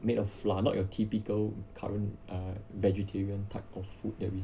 made of flour not your typical current err vegetarian type of food that we